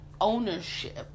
ownership